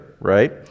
right